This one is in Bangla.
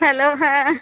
হ্যালো হ্যাঁ